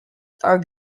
are